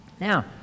Now